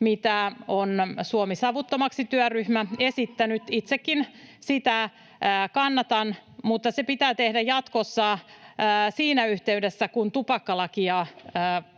mitä on Suomi savuttomaksi ‑työryhmä esittänyt. Itsekin sitä kannatan, mutta se pitää tehdä jatkossa siinä yhteydessä, kun tupakkalakia säädetään,